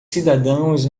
cidadãos